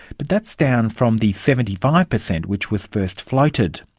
but that's down from the seventy five percent which was first floated.